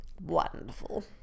Wonderful